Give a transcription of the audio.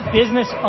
business